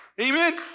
Amen